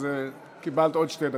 אז קיבלת עוד שתי דקות.